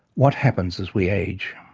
what happens as we age?